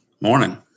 Morning